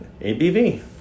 ABV